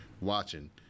watching